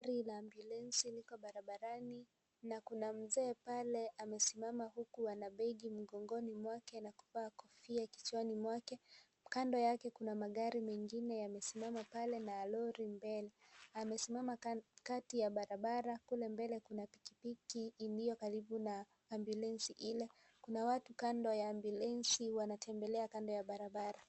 Gari la ambulensi liko barabarani na kuna mzee pale amesimama huku ana begi mgongoni mwake na kuvaa kofia kichwani mwake. Kando yake kuna amagari mengine yamesimama pale na lori mbele . Amesimama kati ya barabara kule mbele kuna pikipiki iliyokaribu na ambulensi kuna watu kando ya ambulenzi wanatembelea kando ya barabara.